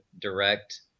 Direct